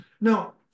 now